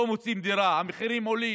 לא מוצאים דירה, המחירים עולים.